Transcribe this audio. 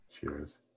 Cheers